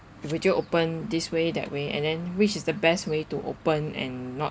would you open this way that way and then which is the best way to open and not